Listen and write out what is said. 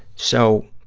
so,